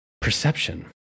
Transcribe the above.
perception